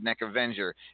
Avenger